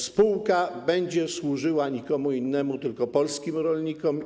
Spółka będzie służyła nikomu innemu, tylko polskim rolnikom.